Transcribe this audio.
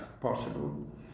possible